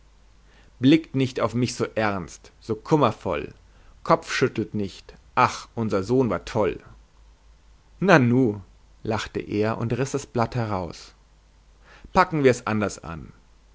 blickt nicht auf mich so ernst so kummervoll kopfschüttelt nicht ach unser sohn war toll nanu lachte er und riß das blatt heraus packen wir es anders an